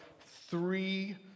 three